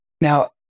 Now